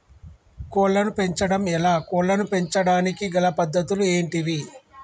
కోళ్లను పెంచడం ఎలా, కోళ్లను పెంచడానికి గల పద్ధతులు ఏంటివి?